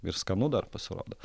ir skanu dar pasirodo